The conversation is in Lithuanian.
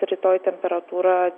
rytoj temperatūra